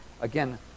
again